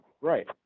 Right